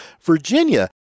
Virginia